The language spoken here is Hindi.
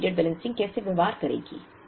पार्ट पीरियड बैलेंसिंग कैसे व्यवहार करेगी